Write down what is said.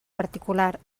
particular